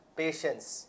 patience